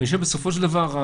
בסופו של דבר,